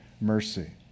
mercy